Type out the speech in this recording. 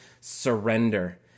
surrender